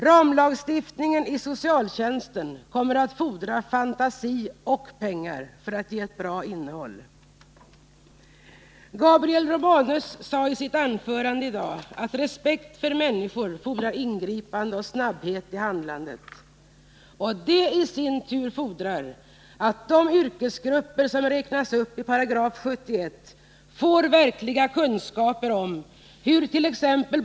Ramlagstiftningen om socialtjänsten kommer att fordra fantasi och pengar för att ges ett bra innehåll. Gabriel Romanus sade i sitt anförande i dag att respekt för människor fordrar ingripande och snabbhet i handlandet. Det i sin tur fordrar att de yrkesgrupper som räknas uppi 71 § får verkliga kunskaper om hurt.ex.